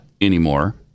anymore